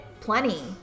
Plenty